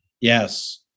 Yes